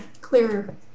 clearer